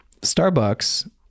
Starbucks